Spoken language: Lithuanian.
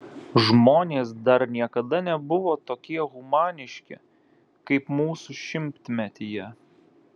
žmonės dar niekada nebuvo tokie humaniški kaip mūsų šimtmetyje